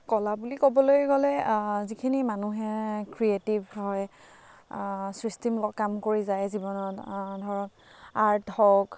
কলা বুলি ক'বলে গ'লে যিখিনি মানুহে ক্ৰিয়েটিভ হয় সৃষ্টিমূলক কাম কৰি যায় জীৱনত ধৰক আৰ্ট হওক